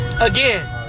again